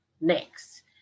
next